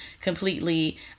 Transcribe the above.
completely